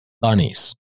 bunnies